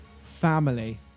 Family